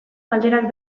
galderak